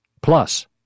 plus